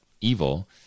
evil